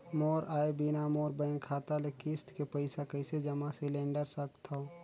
मोर आय बिना मोर बैंक खाता ले किस्त के पईसा कइसे जमा सिलेंडर सकथव?